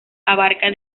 abarca